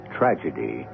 tragedy